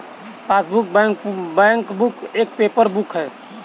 passbook, bankbook एक paper book है